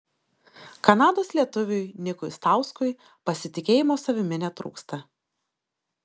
kanados lietuviui nikui stauskui pasitikėjimo savimi netrūksta